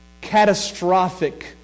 catastrophic